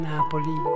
Napoli